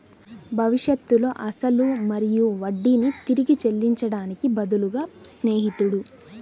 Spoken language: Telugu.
భవిష్యత్తులో అసలు మరియు వడ్డీని తిరిగి చెల్లించడానికి బదులుగా స్నేహితుడు